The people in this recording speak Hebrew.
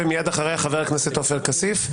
ומיד אחריה חבר הכנסת עופר כסיף.